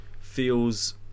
feels